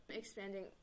expanding